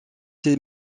ses